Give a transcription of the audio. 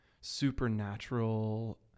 supernatural